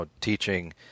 teaching